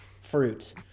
fruit